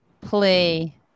play